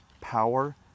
power